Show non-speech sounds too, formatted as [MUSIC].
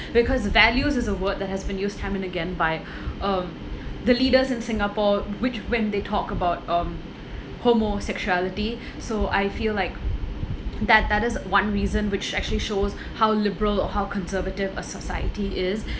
because values is a word that has been used time and again by [BREATH] um the leaders in singapore which when they talk about um homosexuality [BREATH] so I feel like [NOISE] that that is one reason which actually shows how liberal or how conservative a society is [BREATH]